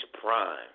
prime